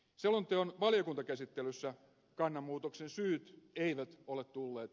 selonteon valiokuntakäsittelyssä kannanmuutoksen syyt eivät ole tulleet